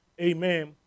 amen